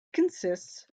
consists